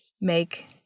make